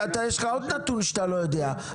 יש עוד נתון שאתה לא יודע,